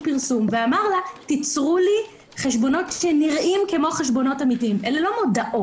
אנחנו מדברים על מי שמנסים לייצר את העבודה בעיניים על פייסבוק.